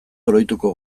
oroituko